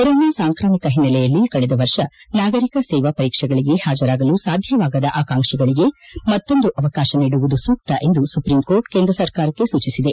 corona ಸಾಂಕ್ರಾಮಿಕ ಒನ್ನೆಲೆಯಲ್ಲಿ ಕಳೆದ ವರ್ಷ ನಾಗರಿಕ ಸೇವಾ ಪರೀಕ್ಷೆಗಳಿಗೆ ಹಾಜರಾಗಲು ಸಾಧ್ಯವಾಗದ ಆಕಾಂಕ್ಷಿಗಳಿಗೆ ಮತ್ತೊಂದು ಅವಕಾಶ ನೀಡುವುದು ಸೂಕ್ತ ಎಂದು ಸುಪ್ರೀಂಕೋರ್ಟ್ ಕೇಂದ್ರ ಸರ್ಕಾರಕ್ಕೆ ಸೂಚಿಸಿದೆ